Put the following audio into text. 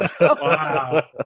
Wow